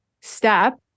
step